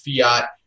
Fiat